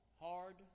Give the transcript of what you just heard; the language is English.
hard